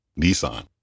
Nissan